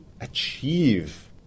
achieve